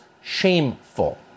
shameful